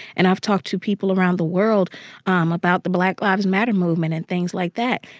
and i've talked to people around the world um about the black lives matter movement and things like that.